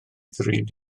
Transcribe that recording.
ddrud